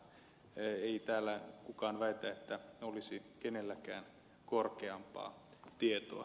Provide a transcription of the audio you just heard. ei täällä kukaan väitä että olisi kenelläkään korkeampaa tietoa